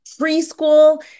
preschool